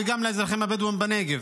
וגם על האזרחים הבדואים בנגב,